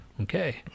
Okay